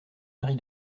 marie